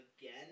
again